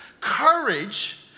courage